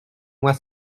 moi